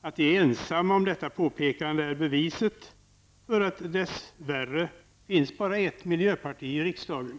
Att vi miljöpartister är ensamma om att påpeka detta är beviset för att det dess värre finns bara ett miljöparti i riksdagen.